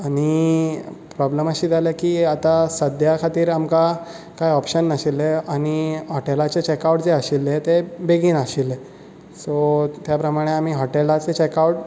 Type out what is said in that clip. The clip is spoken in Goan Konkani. आनी प्रोब्लेम अशें जालां की आतां सद्या खातीर आमकां कांय ऑपशन नाशिल्लें आनी हॉटेलाचें चॅक आवट जें आशिल्लें ते बेगीन आशिल्ले सो ते प्रमाणे आमी हॉटेलाचें चॅक आवट